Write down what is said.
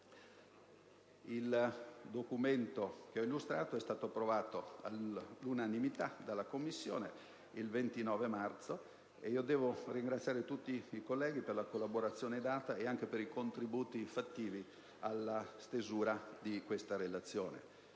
Il documento che ho illustrato è stato approvato all'unanimità dalla Commissione il 29 marzo. Devo ringraziare tutti i colleghi per la collaborazione data nonché per i contributi fattivi alla stesura di questa relazione.